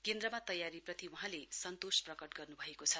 केन्द्रमा तयारी प्रति वहाँले सन्तोष प्रकट गर्नुभएको छ